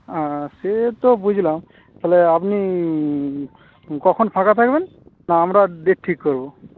সে তো বুঝলাম তালে আপনি কখন ফাঁকা থাকবেন না আমরা ডেট ঠিক করবো